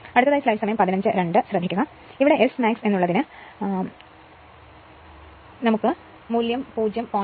ഇനി Smax എന്ന് ഉള്ളതിനെ നൽകുമ്പോൾ 0